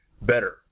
better